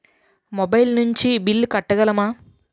Mobile నుంచి bill కట్టగలమ?